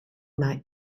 might